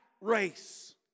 race